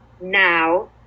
now